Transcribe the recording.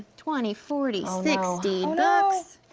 twenty, forty, sixty bucks.